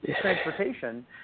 transportation